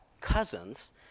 cousins